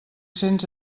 cents